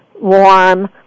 warm